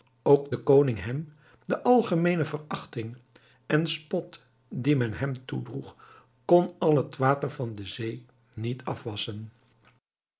ook de koning hem de algemeene verachting en spot die men hem toedroeg kon al het water van de zee niet afwasschen